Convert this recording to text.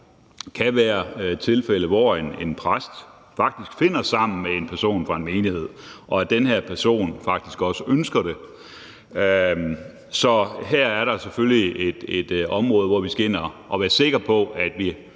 kan være tilfælde, hvor en præst faktisk finder sammen med en person fra en menighed, og hvor den her person faktisk også ønsker det. Så her er der selvfølgelig et område, hvor vi skal være fuldstændig sikre på, at vi